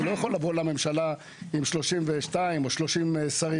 כי הוא לא יכול לבוא לממשלה עם עם 30 או 32 שרים.